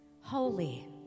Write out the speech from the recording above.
holy